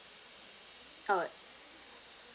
oh